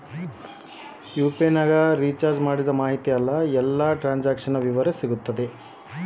UPI ನಾಗ ನಾ recharge ಮಾಡಿಸಿದ ಮಾಹಿತಿ ಸಿಕ್ತದೆ ಏನ್ರಿ?